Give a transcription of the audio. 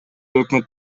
өкмөт